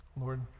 Lord